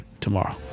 tomorrow